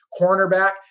Cornerback